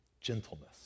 gentleness